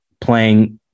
playing